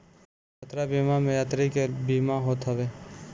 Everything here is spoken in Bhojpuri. यात्रा बीमा में यात्री के बीमा होत हवे